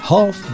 Half